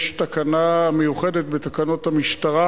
יש תקנה מיוחדת בתקנות המשטרה